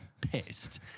pissed